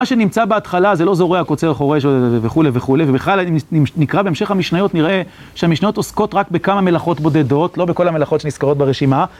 מה שנמצא בהתחלה זה לא זורע, קוצר, חורש וכולי וכולי, ובכלל אם נקרא בהמשך המשניות נראה, שהמשניות עוסקות רק בכמה מלאכות בודדות, לא בכל המלאכות שנזכרות ברשימה